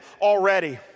already